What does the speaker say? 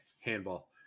handball